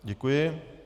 Děkuji.